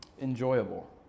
enjoyable